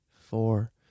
four